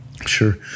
Sure